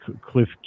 cliff